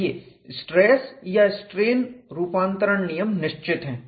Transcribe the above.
देखिए स्ट्रेस या स्ट्रेस रूपांतरण नियम निश्चित है